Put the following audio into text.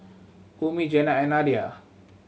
Ummi Jenab and Nadia